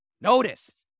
Notice